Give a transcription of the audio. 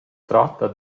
tratta